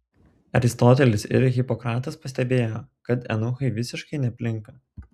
aristotelis ir hipokratas pastebėjo kad eunuchai visiškai neplinka